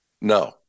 No